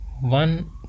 One